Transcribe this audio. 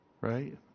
right